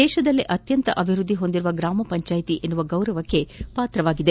ದೇಶದಲ್ಲೇ ಅತ್ಯಂತ ಅಭಿವೃದ್ದಿ ಹೊಂದಿದ ಗ್ರಾಮ ಪಂಚಾಯ್ತಿ ಎನ್ನು ಗೌರವಕ್ಕೆ ಪಾತ್ರವಾಗಿದೆ